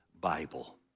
Bible